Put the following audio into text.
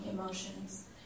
emotions